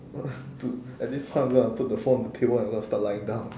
uh dude at this point I'm gonna put the phone on the table and I'm gonna start lying down